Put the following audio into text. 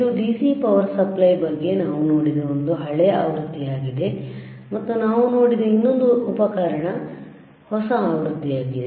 ಇದು DC power supply ನ ಬಗ್ಗೆ ನಾವು ನೋಡಿದ ಒಂದು ಹಳೆಯ ಆವೃತ್ತಿಯಾಗಿದೆಮತ್ತು ನಾವು ನೋಡಿದ ಇನ್ನೊಂದು ಯಉಪಕರಣ ಹೊಸ ಆವೃತ್ತಿಯಾಗಿದೆ